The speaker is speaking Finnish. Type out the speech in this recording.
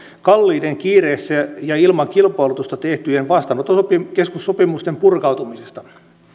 kalliiden kiireessä ja ilman kilpailutusta tehtyjen vastaanottokeskussopimusten purkautumisesta